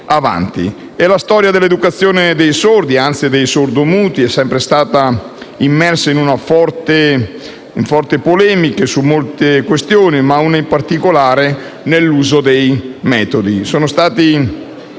La storia dell'educazione dei sordi, anzi dei sordomuti, è sempre stata attraversata da forti polemiche su molte questioni, tra cui in particolare quella sull'uso dei metodi. Sono stati